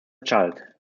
child